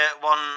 one